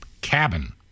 cabin